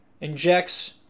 injects